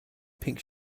pink